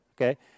okay